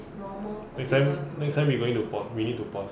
it's normal exam next time you going to port ready to pass